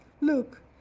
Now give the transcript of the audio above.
look